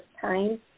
time